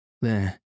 There